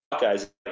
guys